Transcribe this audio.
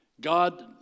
God